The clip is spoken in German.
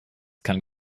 kann